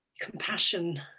compassion